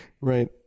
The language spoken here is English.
Right